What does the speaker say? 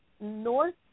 north